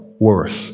Worth